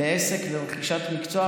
לעסק ולרכישת מקצוע.